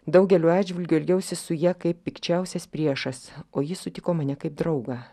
daugeliu atžvilgiu elgiausi su ja kaip pikčiausias priešas o ji sutiko mane kaip draugą